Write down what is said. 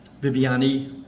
Viviani